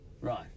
Right